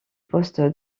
poste